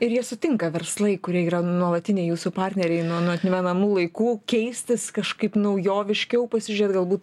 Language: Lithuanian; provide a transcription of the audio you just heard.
ir jie sutinka verslai kurie yra nuolatiniai jūsų partneriai nu nuo atmenamų laikų keistis kažkaip naujoviškiau pasižiūrėt galbūt